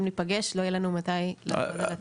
אם ניפגש, לא יהיה לנו מתי לעבוד על הטיוטה.